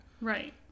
Right